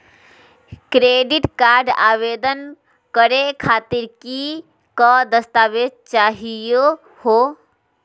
Credit card आवेदन करे खातीर कि क दस्तावेज चाहीयो हो?